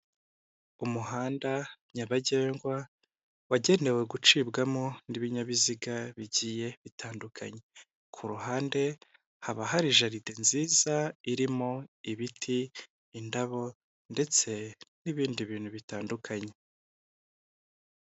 Umuhanda nyabagendwa wagenewe gucibwamo n'ibinyabiziga bigiye bitandukanye, ku ruhande haba hari jaride nziza irimo ibiti, indabo ndetse n'ibindi bintu bitandukanye.